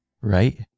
right